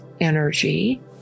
energy